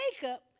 Jacob